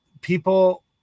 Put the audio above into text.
people